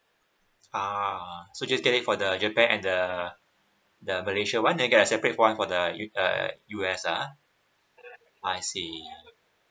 uh so just get it for the japan and the the malaysia [one] then get a separate [one] for the uh uh U_S ah I see